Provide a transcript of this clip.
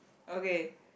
okay